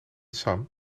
sam